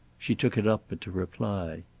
she took it up but to reply.